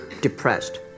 depressed